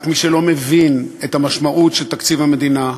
רק מי שלא מבין את המשמעות של תקציב המדינה,